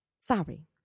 Sorry